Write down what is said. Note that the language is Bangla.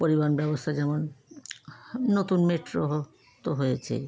পরিবহন ব্যবস্থা যেমন নতুন মেট্রো তো হয়েছেই